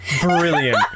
brilliant